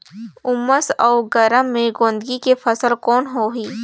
उमस अउ गरम मे गोंदली के फसल कौन होही?